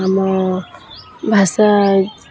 ଆମ ଭାଷା